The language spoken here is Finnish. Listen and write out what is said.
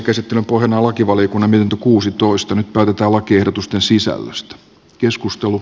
käsittelyn pohjana on lakivaliokunnan mietintö